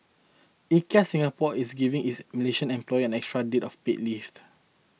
IKEA Singapore is giving its Malaysian employees an extra day of paid list